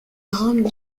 rome